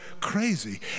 crazy